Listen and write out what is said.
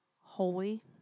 holy